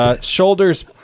Shoulders